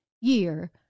year